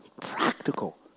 practical